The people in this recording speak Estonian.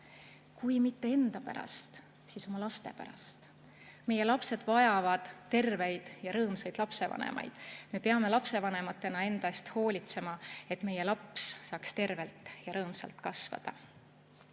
Kui mitte enda pärast, siis oma laste pärast. Meie lapsed vajavad terveid ja rõõmsaid lapsevanemaid, me peame lapsevanematena enda eest hoolitsema, et meie laps saaks tervelt ja rõõmsalt kasvada.